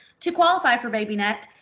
to qualify for babynet,